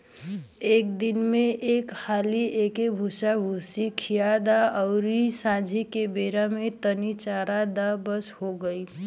दिन में एक हाली एके भूसाभूसी खिया द अउरी सांझी के बेरा में तनी चरा द बस हो गईल